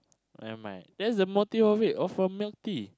nevermind that's the motive of it of your milk tea